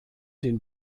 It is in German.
den